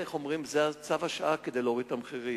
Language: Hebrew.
צו השעה הוא להוריד את המחירים.